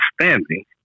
understanding